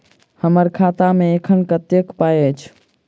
हम्मर खाता मे एखन कतेक पाई अछि?